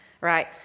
right